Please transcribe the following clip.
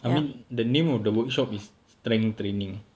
I mean the name of the workshop is strength training eh